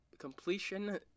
Completion